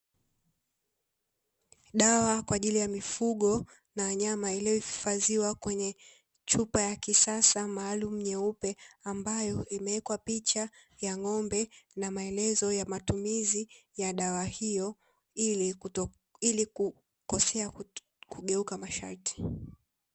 Dawa kwa ajili ya mifugo na wanyama, iliyohifadhiwa kwenye chupa ya kisasa maalumu nyeupe, ambayo imewekwa picha ya ng'ombe na maelezo ya matumizi ya dawa hiyo, ili kukosea kugeuka masharti.